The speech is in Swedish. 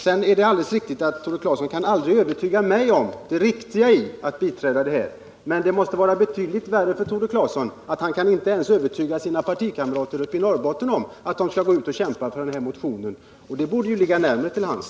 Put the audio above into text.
Det är alldeles riktigt att Tore Claeson aldrig kan övertyga mig om det rätta i att biträda detta krav. Men det måste vara betydligt värre för Tore Claeson att han inte ens kan övertyga sina partikamrater i Norrbotten om att de skall gå ut och kämpa för denna motion — det borde ju ligga närmare till hands.